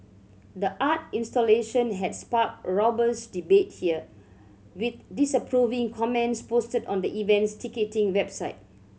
the art installation had sparked robust debate here with disapproving comments posted on the event's ticketing website